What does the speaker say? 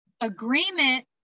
agreement